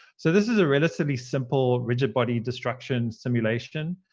so this is a relatively simple rigid body destruction simulation.